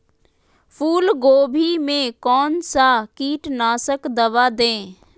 फूलगोभी में कौन सा कीटनाशक दवा दे?